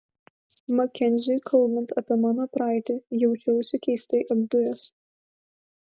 makenziui kalbant apie mano praeitį jaučiausi keistai apdujęs